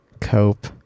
Cope